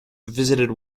visited